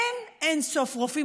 אין אין-סוף רופאים,